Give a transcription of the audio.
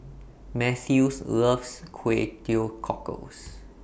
Mathews loves Kway Teow Cockles